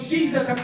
Jesus